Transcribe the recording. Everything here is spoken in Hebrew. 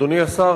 אדוני השר,